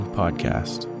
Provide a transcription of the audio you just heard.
podcast